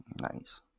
Nice